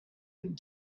and